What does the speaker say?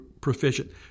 proficient